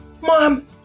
Mom